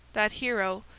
that hero,